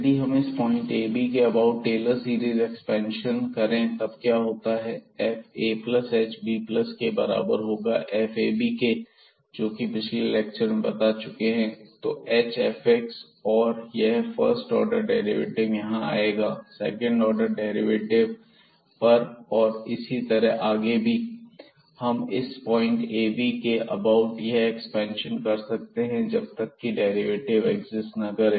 यदि हम इस पॉइंट ab के अबाउट टेलर सीरीज एक्सपेंशन करें तब क्या होता है fahbk बराबर होगा fab के जो कि हम पिछले लेक्चर में बता चुके हैं तो hfx और यह फर्स्ट ऑर्डर डेरिवेटिव यहां आएगा सेकंड ऑर्डर डेरिवेटिव गैप पर और इसी तरह आगे भी हम इस पॉइंट ab के अबाउट यह एक्सपेंशन कर सकते हैं जब तक की यह डेरिवेटिव एक्सिस्ट करें